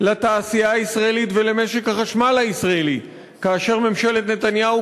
לתעשייה הישראלית ולמשק החשמל הישראלי כאשר ממשלת נתניהו